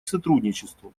сотрудничеству